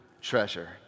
treasure